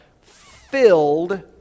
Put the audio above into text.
Filled